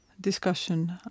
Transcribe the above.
discussion